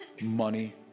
money